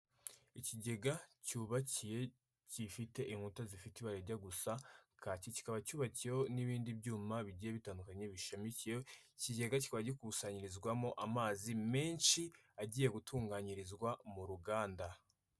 Ikigega cyubakiye gifite inkuta zifite ibara rijya gusa kaki, kikaba cyubakiweho n'ibindi byuma bigiye bitandukanye bishamikiyeho, ikigega kiba gikusanyirizwamo amazi menshi agiye gutunganyirizwa mu ruganda.